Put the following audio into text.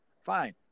fine